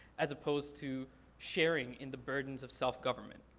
as opposed to sharing in the burdens of self government.